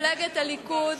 מפלגת הליכוד